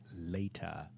later